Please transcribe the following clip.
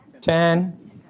ten